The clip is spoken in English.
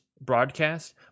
broadcast